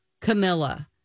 Camilla